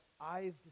eyes